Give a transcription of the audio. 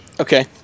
okay